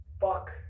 fuck